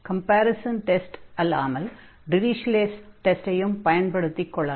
comparison test அல்லாமல் Dirichlet's டெஸ்டையும் Dirichlet's test பயன்படுத்திக் கொள்ளலாம்